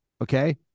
Okay